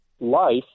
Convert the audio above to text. life